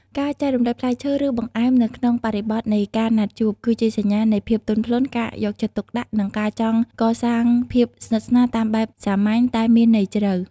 ការចែករំលែកផ្លែឈើ ឬបង្អែមនៅក្នុងបរិបទនៃការណាត់ជួប គឺជាសញ្ញានៃភាពទន់ភ្លន់ ការយកចិត្តទុកដាក់ និងការចង់កសាងភាពស្និទ្ធស្នាលតាមបែបសាមញ្ញតែមានន័យជ្រៅ។